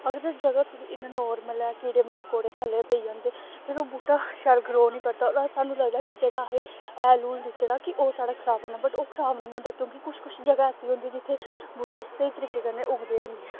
अगर ते जगह् ई नेईं नार्मल ऐ कीड़े मकोड़े खल्ले पेई जंदे फिर ओह् बूह्टा शैल ग्रो निं करदा सानूं लगदा कि जेह्ड़ा असें हैल हूल दित्ते दा कि ओह् साढ़ा खराब होना बट ओह् खराब निं होंदा क्योंकि कुछ कुछ जगह ऐसी होंदी जित्थै बूह्टे स्हेई तरीके कन्नै उगदे हैनी